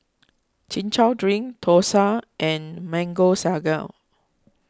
Chin Chow Drink Thosai and Mango Sago